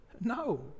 No